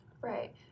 Right